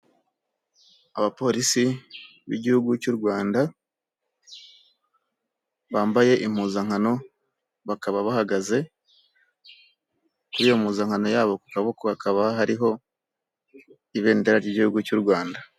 Abapolisi, b'igihugu cy'u Rwanda, bambaye impuzankano, bakaba bahagaze, kuri iyo mpuzankano yabo ku kaboko hakaba hariho, ibendera ry'igihugu cy'u Rwanda.